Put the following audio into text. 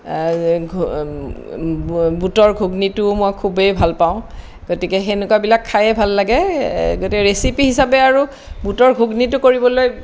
বুটৰ ঘুগুনিটোও মই খুবেই ভালপাওঁ গতিকে সেনেকুৱাবিলাক খায়ে ভাল লাগে গতিকে ৰেচিপি হিচাপে আৰু বুটৰ ঘুগুনিটো কৰিবলৈ